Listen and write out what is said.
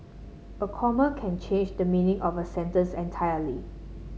a comma can change the meaning of a sentence entirely